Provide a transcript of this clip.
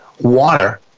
water